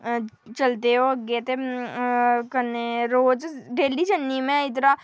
चलदे ओह् अग्गै ते अ अं कन्नै रोज डैली जन्नी में इधरां